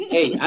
Hey